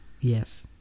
Yes